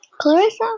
Clarissa